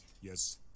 Yes